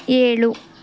ಏಳು